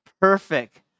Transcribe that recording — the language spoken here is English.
perfect